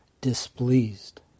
displeased